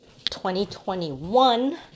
2021